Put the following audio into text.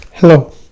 Hello